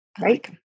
right